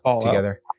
together